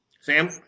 Sam